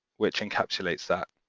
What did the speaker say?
which encapsulates that,